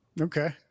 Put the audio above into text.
Okay